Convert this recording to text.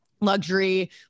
luxury